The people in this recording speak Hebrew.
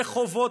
וחובות,